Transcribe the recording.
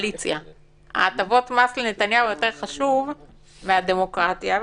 הטבות מס לנתניהו יותר חשובות מהדמוקרטיה.